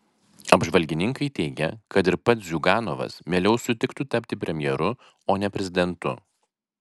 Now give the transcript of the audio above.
apžvalgininkai teigia kad ir pats ziuganovas mieliau sutiktų tapti premjeru o ne prezidentu